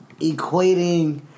equating